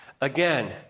again